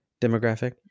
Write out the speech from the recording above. demographic